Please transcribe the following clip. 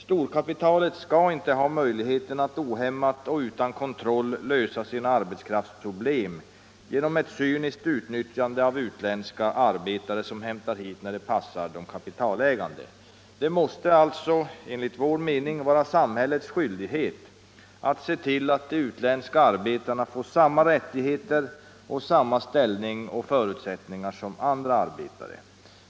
Storkapitalet skall inte ha möjlighet att ohämmat och utan kontroll lösa sina arbetskraftsproblem genom ett cyniskt utnyttjande av utländska arbetare som hämtas hit när det passar de kapitalägande. Det måste alltså enligt vår mening vara samhällets skyldighet att se till att de utländska arbetarna får samma rättigheter och samma ställning och förutsättningar som andra arbetare.